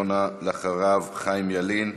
חבר הכנסת יונה, ואחריו, חיים ילין.